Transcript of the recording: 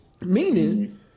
Meaning